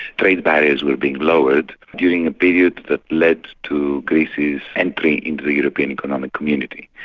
trade barriers were being lowered during a period that led to greece's entry into the european economic community.